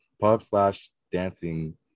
pub-slash-dancing